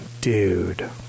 dude